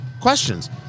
questions